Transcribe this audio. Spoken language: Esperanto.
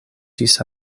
ĝis